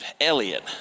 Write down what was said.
Elliot